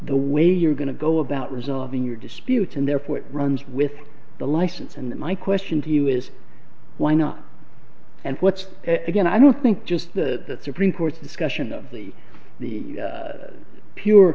the way you're going to go about resolving your dispute and therefore it runs with the license and my question to you is why not and what's it again i don't think just the supreme court's discussion of the the pure